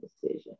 decision